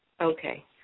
Okay